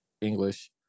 English